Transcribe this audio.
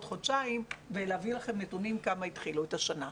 חודשיים ולהביא לכם נתונים כמה התחילו את השנה.